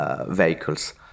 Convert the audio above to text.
vehicles